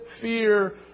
fear